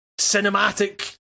cinematic